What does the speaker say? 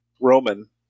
Roman